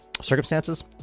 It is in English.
circumstances